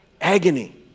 agony